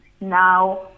now